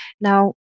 Now